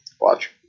watch